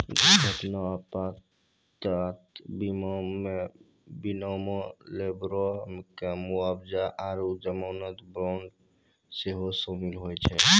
दुर्घटना आपात बीमा मे विमानो, लेबरो के मुआबजा आरु जमानत बांड सेहो शामिल होय छै